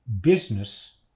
business